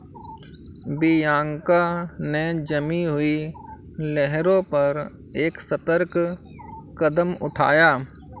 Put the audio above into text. Bianca ने जमी हुई लहरों पर एक सतर्क कदम उठाया